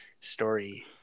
story